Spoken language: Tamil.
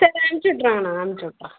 சரி அனுப்ச்சு உட்றோம் நாங்கள் அனுப்ச்சு விடறோம்